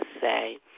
say